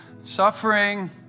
suffering